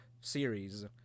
series